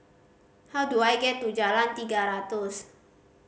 how do I get to Jalan Tiga Ratus